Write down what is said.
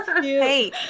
Hey